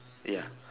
ya